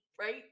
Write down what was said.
right